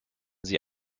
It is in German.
sie